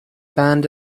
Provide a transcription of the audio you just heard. band